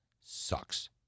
sucks